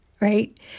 right